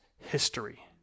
history